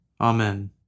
Amen